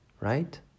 right